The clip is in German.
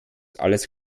alles